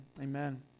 Amen